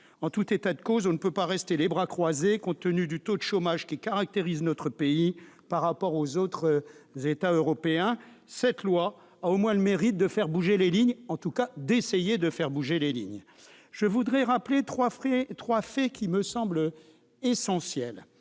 En tout état de cause, on ne peut pas rester les bras croisés, compte tenu du taux de chômage qui caractérise notre pays par rapport aux autres États européens. Cette loi a au moins le mérite d'essayer de faire bouger les lignes ! Je voudrais rappeler trois faits essentiels